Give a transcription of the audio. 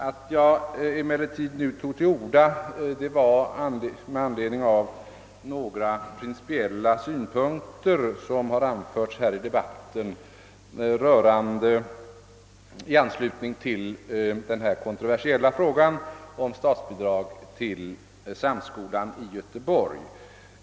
Att jag nu tar till orda sker i anlednng av några principiella synpunkter som har anförts i debatten i anslutning till den kontroversiella frågan om statsbidrag till samskolan i Göteborg.